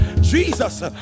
Jesus